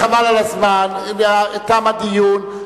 חבל על הזמן, תם הדיון.